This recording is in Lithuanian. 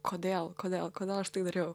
kodėl kodėl kodėl aš tai dariau